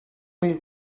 mil